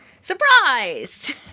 Surprised